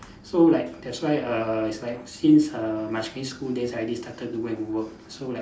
so like that's why err it's like since err my secondary school days I already started to go and work so like